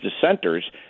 dissenters